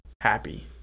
happy